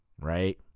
Right